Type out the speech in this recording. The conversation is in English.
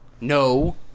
No